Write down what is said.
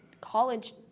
college